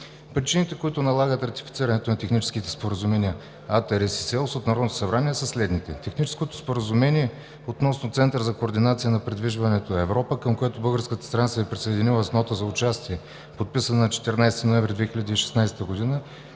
Причините, които налагат ратифицирането на техническите споразумения ATARES и SEOS от Народното събрание, са следните: Техническото споразумение относно Център за координация на придвижването „Европа“, към което българската страна се е присъединила с Нота за участие, подписана на 14 ноември 2016 г.,